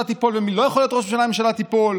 תיפול ומי לא יכול להיות ראש הממשלה אם הממשלה תיפול,